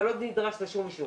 אתה לא נדרש לאישור.